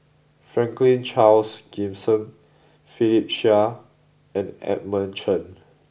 Franklin Charles Gimson Philip Chia and Edmund Chen